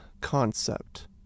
concept